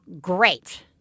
great